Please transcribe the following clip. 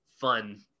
fun